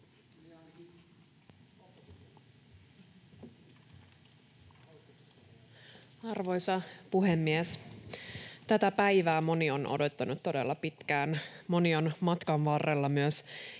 Arvoisa puhemies! Tätä päivää moni on odottanut todella pitkään. Moni on matkan varrella myös